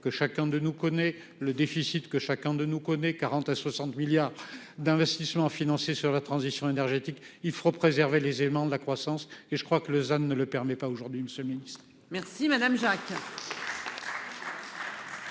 que chacun de nous connaît le déficit que chacun de nous connaît 40 à 60 milliards d'investissements financiers sur la transition énergétique, il faut préserver les éléments de la croissance et je crois que Lausanne ne le permet pas aujourd'hui une ce. Merci madame Jacques.